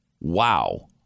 Wow